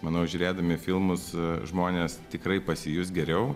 manau žiūrėdami filmus žmonės tikrai pasijus geriau